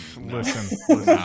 listen